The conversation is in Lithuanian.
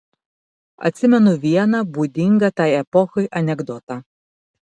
atsimenu vieną būdingą tai epochai anekdotą